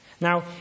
Now